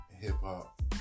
hip-hop